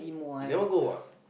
you never go ah